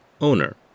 owner